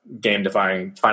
game-defining